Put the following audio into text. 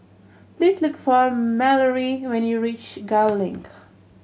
please look for Mallory when you reach Gul Link